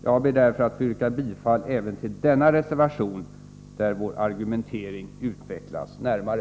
Jag ber därför att få yrka bifall även till denna reservation, där vår argumentering utvecklas närmare.